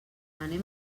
anem